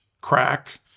crack